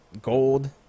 Gold